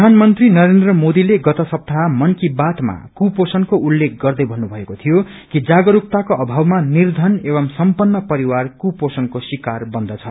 प्रधानमंत्री नरेन्द्र मोदीले गत सप्ताह मन की बात मा कुपोषएको उल्लेख गर्दै भन्नुभएको शीियो कि जागरूकताको अभावमा निध्रन एवं सम्पन्न परिवार कुपोषणको शिकार बन्दछ